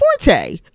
forte